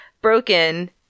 broken